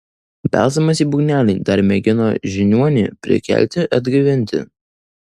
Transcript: belsdamas į būgnelį dar mėgino žiniuonį prikelti atgaivinti